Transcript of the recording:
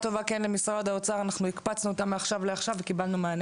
רוצה לקבל גם מענה